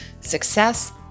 success